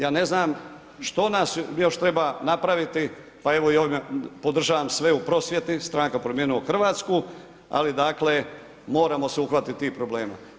Ja ne znam što nas još treba napraviti, pa evo i ovim podržavam sve u prosvjeti, stranka Promijenimo Hrvatsku, ali dakle, moramo se uhvatiti tih problema.